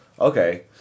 Okay